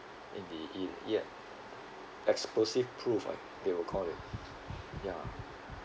in the in yup explosive proof like they will call it ya